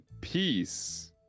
peace